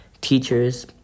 teachers